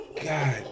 God